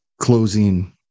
closing